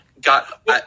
got